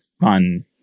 fun